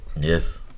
Yes